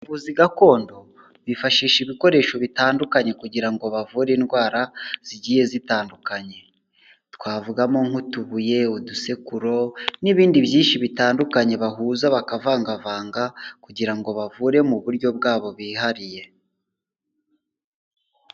Abavuzi gakondo bifashisha ibikoresho bitandukanye kugira ngo bavure indwara zigiye zitandukanye, twavugamo nk'utubuye, udusekuro n'ibindi byinshi bitandukanye bahuza, bakavanga vanga kugira ngo bavure mu buryo bwabo bihariye.